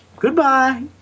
Goodbye